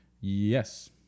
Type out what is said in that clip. Yes